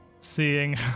seeing